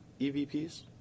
EVPs